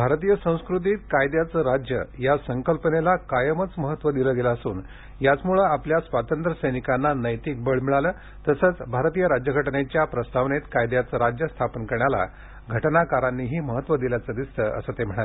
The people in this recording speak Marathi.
भारतीय संस्कृतीत कायद्याचं राज्य या संकल्पनेला कायमच महत्व दिले गेले असून याचमुळे आपल्या स्वातंत्र्यसैनिकांना नैतिक बळ मिळालं तसंच भारतीय राज्यघटनेच्या प्रस्तावनेत कायद्याचं राज्य स्थापन करण्याला घटनाकारांनीही महत्व दिल्याचं दिसतं असं ते म्हणाले